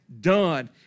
done